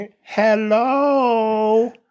hello